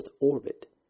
orbit